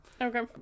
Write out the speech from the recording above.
Okay